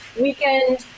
weekend